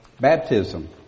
baptism